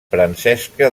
francesca